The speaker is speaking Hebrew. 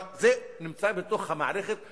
אבל זה נמצא בתוך המערכת,